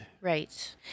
Right